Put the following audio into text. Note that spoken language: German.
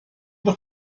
doch